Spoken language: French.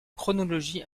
chronologie